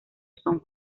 son